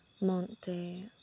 monte